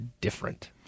different